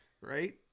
right